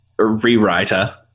rewriter